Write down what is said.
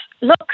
Look